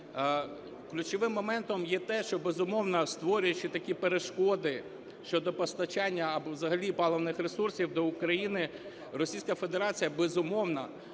Ключовим моментом є те, що, безумовно, створюючи такі перешкоди щодо постачання або взагалі паливних ресурсів до України, Російська Федерація, безумовно,